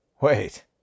Wait